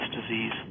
disease